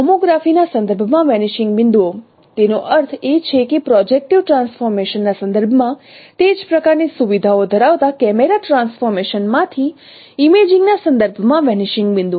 homography ના સંદર્ભમાં vanishing બિંદુઓ તેનો અર્થ એ છે કે પ્રોજેક્ટીવ ટ્રાન્સફોર્મેશન ના સંદર્ભમાં તે જ પ્રકારની સુવિધાઓ ધરાવતા કેમેરા ટ્રાન્સફોર્મેશન માંથી ઇમેજિંગ ના સંદર્ભમાં વેનીશિંગ બિંદુ